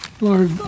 Lord